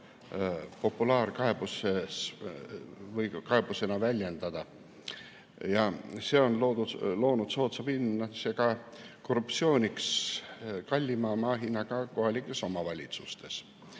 populaarkaebusena väljendada. See on loonud soodsa pinnase ka korruptsiooniks kallima maahinnaga kohalikes omavalitsustes.